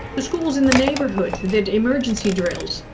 the schools in the neighborhood did emergency drills.